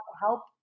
help